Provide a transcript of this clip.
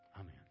Amen